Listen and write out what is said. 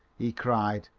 he cried,